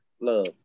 love